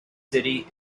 city